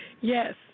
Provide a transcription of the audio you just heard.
Yes